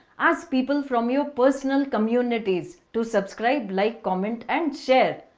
ask people from your personal communities to subscribe, like, comment and share.